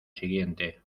siguiente